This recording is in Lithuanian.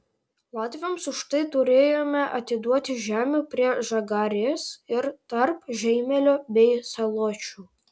latviams už tai turėjome atiduoti žemių prie žagarės ir tarp žeimelio bei saločių